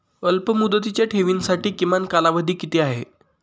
अल्पमुदतीच्या ठेवींसाठी किमान कालावधी किती आहे?